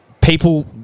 people